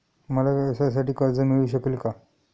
मला व्यवसायासाठी कर्ज मिळू शकेल का?